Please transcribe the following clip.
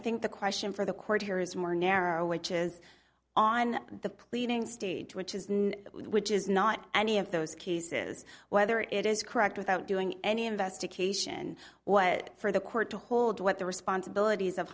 think the question for the court here is more narrow which is on the pleading stage which is no which is not any of those cases whether it is correct without doing any investigation what for the court to hold what the responsibilities of